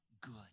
good